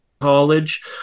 college